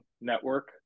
network